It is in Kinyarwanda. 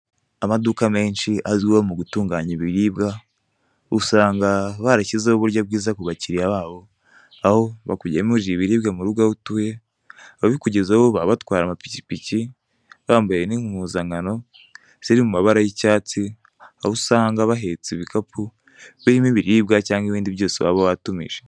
Amaduka menshi azwiho mu gutunganya ibiribwa usanga barashyizeho uburyo bwiza ku bakiriya babo, aho bakugemurira ibiribwa mu rugo aho utuye, ababikugezaho baba batwara amapikipiki bambaye n'impuzankano ziri mu mabara y'icyatsi aho usanga bahetse ibikapu birimo ibiribwa cyangwa ibindi byose waba watumije.